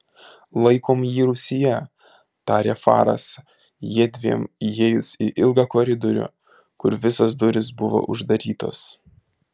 laikom jį rūsyje tarė faras jiedviem įėjus į ilgą koridorių kur visos durys buvo uždarytos